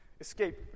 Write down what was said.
escape